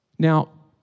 Now